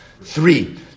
Three